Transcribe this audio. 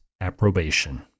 approbation